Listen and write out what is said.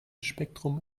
spektrum